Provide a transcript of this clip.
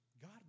God